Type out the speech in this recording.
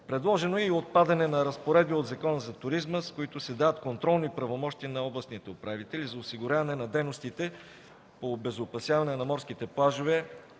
Предложено е и отпадане на разпоредби от Закона за туризма, с които се дават контролни правомощия на областните управители за осигуряване на дейностите по обезопасяване на морските плажове